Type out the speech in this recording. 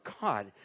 God